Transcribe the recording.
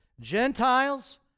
Gentiles